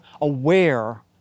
aware